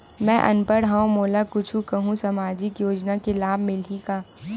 मैं अनपढ़ हाव मोला कुछ कहूं सामाजिक योजना के लाभ मिलही का?